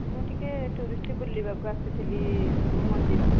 ମୁଁ ଟିକେ ଟୁରିଷ୍ଟ ବୁଲିବାକୁ ଆସିଥିଲି ସବୁ ମନ୍ଦିର